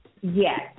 Yes